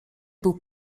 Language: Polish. był